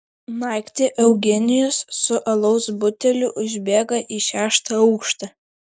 naktį eugenijus su alaus buteliu užbėga į šeštą aukštą